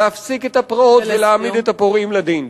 להפסיק את הפרעות ולהעמיד את הפורעים לדין.